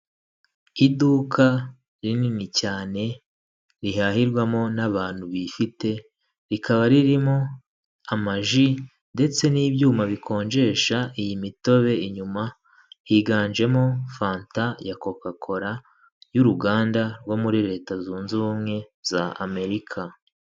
Iduka rinini cyane rihahirwamo n'abantu bifite, rikaba ririmo amaji ndetse n'ibyuma bikonjesha iyi mitobe, inyuma higanjemo fanta ya coca cola y'uruganda rwo muri leta Zunz’ubumwe Za Amerika.